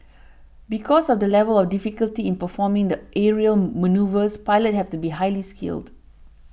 because of the level of difficulty in performing the aerial manoeuvres pilots have to be highly skilled